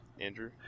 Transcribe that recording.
Andrew